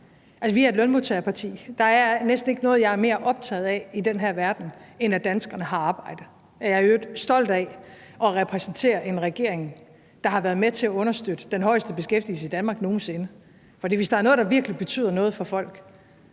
vi er et lønmodtagerparti. Der er næsten ikke noget, jeg er mere optaget af i den her verden, end at danskerne har arbejde. Jeg er i øvrigt stolt af at repræsentere en regering, der har været med til at understøtte den højeste beskæftigelse i Danmark nogen sinde. For hvis der er noget, der virkelig betyder noget for folk,